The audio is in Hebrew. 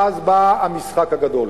ואז בא המשחק הגדול.